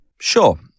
Sure